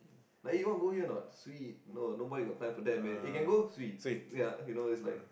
like eh you wanna go here or not sweet no nobody got time for that man eh can go swee yeah okay you know it's like